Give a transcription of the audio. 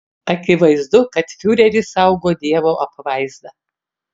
akivaizdu kad fiurerį saugo dievo apvaizda